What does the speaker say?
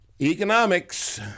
economics